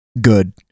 good